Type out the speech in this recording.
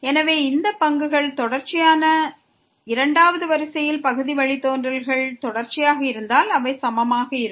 எனவே தொடர்ச்சியான இரண்டாவது வரிசை பகுதி வழித்தோன்றல்கள் தொடர்ச்சியாக இருந்தால் அவை சமமாக இருக்கும்